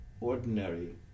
ordinary